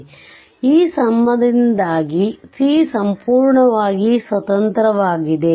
ಆದ್ದರಿಂದ ಈ ಸಂಬಂಧದಿಂದಾಗಿ c ಸಂಪೂರ್ಣವಾಗಿ ಸ್ವತಂತ್ರವಾಗಿದೆ